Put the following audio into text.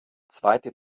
zweite